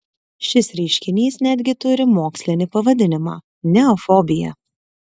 šis reiškinys netgi turi mokslinį pavadinimą neofobija